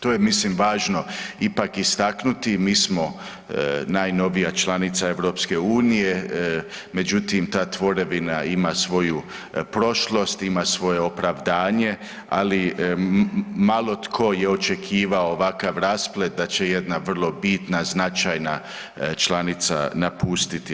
To je mislim važno ipak istaknuti, mi smo najnovija članica EU, međutim ta tvorevina ima svoju prošlost, ima svoje opravdanje, ali malo tko je očekivao ovakav rasplet da će jedna vrlo bitna značajna članica napustiti EU.